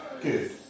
Good